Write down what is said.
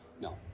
No